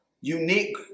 unique